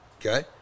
Okay